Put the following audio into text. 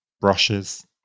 brushes